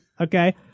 okay